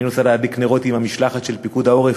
אני נוסע להדליק נרות עם המשלחת של פיקוד העורף,